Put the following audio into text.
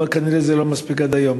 אבל כנראה זה לא מספיק עד היום.